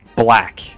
black